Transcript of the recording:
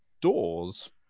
doors